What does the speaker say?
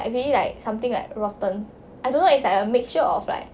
like really like something like rotten I don't know it's like a mixture of like